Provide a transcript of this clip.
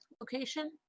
location